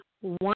one